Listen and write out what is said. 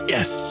Yes